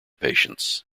patients